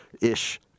Ish